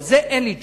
על זה אין לי תשובה.